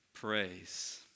praise